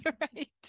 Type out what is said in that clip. right